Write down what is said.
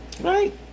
Right